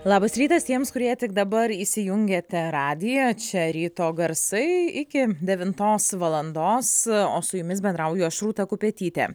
labas rytas tiems kurie tik dabar įsijungėte radiją čia ryto garsai iki devintos valandos o su jumis bendrauju aš rūta kupetytė